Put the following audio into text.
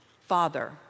Father